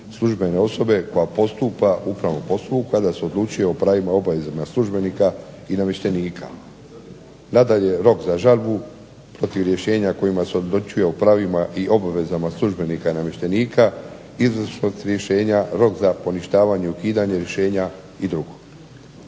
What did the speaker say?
službene osobe koja postupa u upravnom postupku kada se odlučuje o pravima i obvezama službenika i namještenika. Nadalje, rok za žalbu protiv rješenja kojima se utvrđuje o pravima i obvezama službenika i namještenika izvršnost rješenja, rok za poništavanje i ukidanje rješenja i drugo.